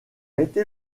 été